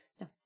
No